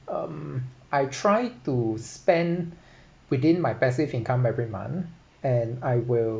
um I try to spend within my passive income every month and I will